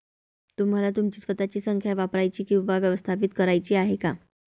तुम्हाला तुमची स्वतःची संख्या वापरायची किंवा व्यवस्थापित करायची आहे का?